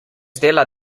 dela